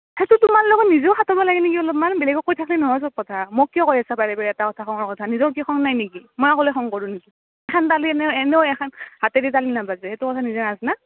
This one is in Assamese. সেইতো তোমাৰ লগত নিজেও খাতাব লাগে নেকি অলপমান বেলেগক কৈ থাক্লি নহয় চব কথা মোক কিয় কৈ আছা বাৰে বাৰে এটা কথা নিজৰ কি খং নাই নেকি মই অকলে খং কৰোঁ নেকি এখান তালে এনেও হাতেদি তালি নাবাজে সেইটো নাজনা